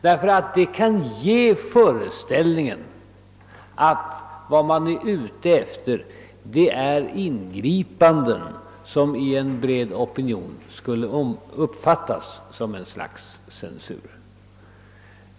Det skulle kunna ge föreställningen att man är ute efter ingripanden som av en bred opinion skulle uppfattas som ett slags censur.